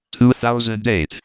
2008